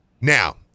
Now